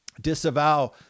disavow